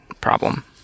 problem